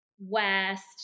west